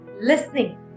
listening